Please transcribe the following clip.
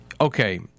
okay